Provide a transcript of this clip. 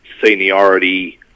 seniority